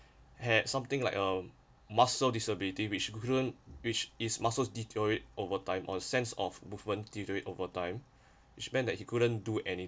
had something like um muscle disability which couldn't which his muscles deteriorate over time or sense of movement degree overtime which meant that he couldn't do any